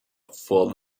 for